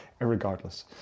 irregardless